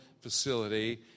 facility